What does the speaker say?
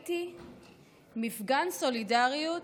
וראיתי מפגן סולידרית